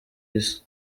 isi